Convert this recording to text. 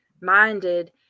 minded